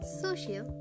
social